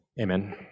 Amen